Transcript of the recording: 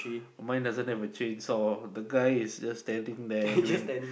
mine doesn't have a chainsaw the guy is just standing there doing